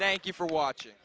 thank you for watching